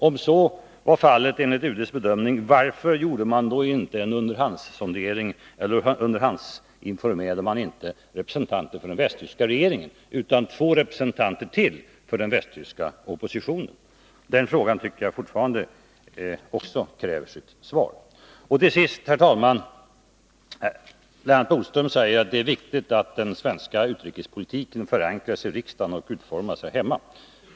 Om så var fallet enligt UD:s bedömning, varför underhandsinformerade man då inte representanter för den västtyska regeringen utan i stället ytterligare två representanter för den västtyska oppositionen? Också den frågan tycker jag fortfarande kräver sitt svar. Till sist, herr talman: Lennart Bodström säger att det är viktigt att den svenska utrikespolitiken förankras i riksdagen och utformas här hemma.